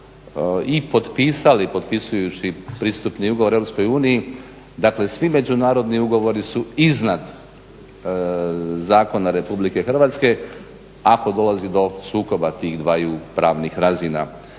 i potpisali potpisujući pristupni ugovor EU, dakle svi međunarodni ugovori su iznad zakona RH, ako dolazi do sukoba tih dvaju pravnih razina.